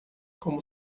como